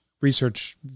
research